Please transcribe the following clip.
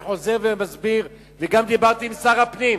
אני חוזר ומסביר וגם דיברתי עם שר הפנים,